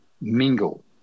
Mingle